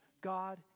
God